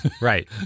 Right